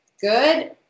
good